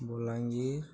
Balangir